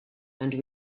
and